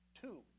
Two